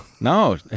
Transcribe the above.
No